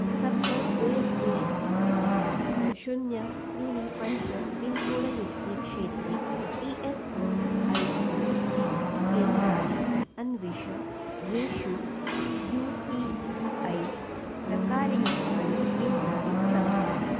सप्त द्वे द्वे शून्यं त्रीणि पञ्च पिन्कोड युक्ते क्षेत्रे ई एस् ऐ सी केन्द्राणि अन्विष येषु यू टी ऐ प्रकारयुक्तानि केन्द्राणि सन्ति